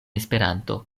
esperanto